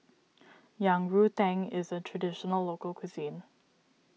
Yang Rou Tang is a Traditional Local Cuisine